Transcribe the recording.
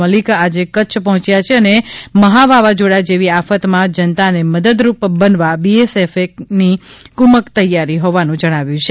મલિક આજે કચ્છ પહોંચ્યા છે અને મહાવાવાઝોડા જેવી આફતમાં જનતાને મદદરૂપ બનવા બીએસએફની ફૂમક તૈયાર હોવાનું જણાવ્યું છે